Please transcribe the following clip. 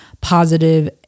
positive